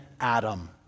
Adam